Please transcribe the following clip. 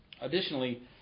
Additionally